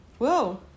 Whoa